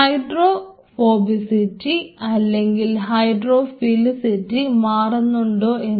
hydrophobicity അല്ലെങ്കിൽ hydrophilicity മാറുന്നുണ്ടോ എന്ന്